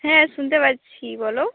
হ্যাঁ শুনতে পাচ্ছি বলো